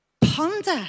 ponder